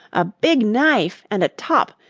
a big knife, and a top,